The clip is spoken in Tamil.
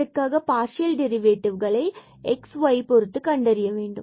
இதற்காக பார்சியல் டெரிவேட்டிவ்களை x and y பொருத்து கண்டறிய வேண்டும்